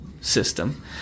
system